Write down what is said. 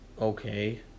okay